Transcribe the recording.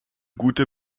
gute